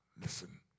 Listen